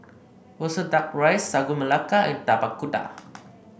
roasted duck rice Sagu Melaka and Tapak Kuda